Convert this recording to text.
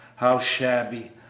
how shabby,